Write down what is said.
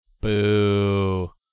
Boo